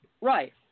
right